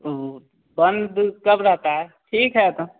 उ बंद कब रहता है ठीक है तो